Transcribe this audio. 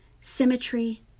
symmetry